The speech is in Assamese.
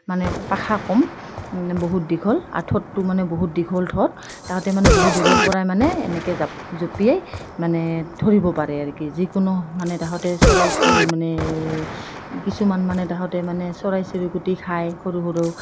মানে পাখা কম বহুত দীঘল আৰু ঠোঁটটো মানে বহুত দীঘল ঠোঁট তাহাঁঁতে মানে বহুত দূৰৰ পৰাই মানে এনেকৈ জাপ জঁপিয়াই মানে ধৰিব পাৰে আৰু কি যিকোনো মানে তাহাঁতে চৰাই মানে কিছুমান মানে তাহাঁতে মানে চৰাই চিৰিকটি খায় সৰু সৰু